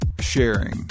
sharing